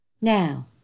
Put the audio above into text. Now